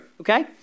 okay